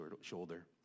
shoulder